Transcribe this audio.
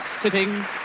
sitting